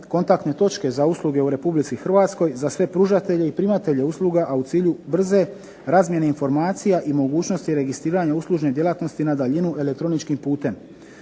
kontaktne točke za usluge u Republici Hrvatskoj za sve pružatelje i primatelje usluga, a u cilju brze razmjene informacija i mogućnosti registriranja uslužne djelatnosti na daljinu elektroničkim putem.